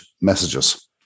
messages